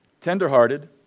tenderhearted